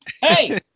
hey